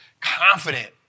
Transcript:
confident